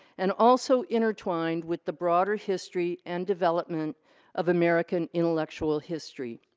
and also intertwined with the broader history and development of american intellectual history.